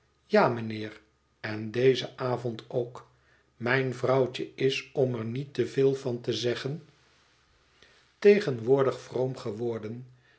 ja mijnheer en dezen avond ook mijn vrouwtje is om er niet te veel van te zeggen tegenwoordig vroom geworden